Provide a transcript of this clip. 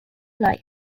light